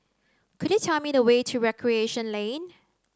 could you tell me the way to Recreation Lane